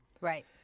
Right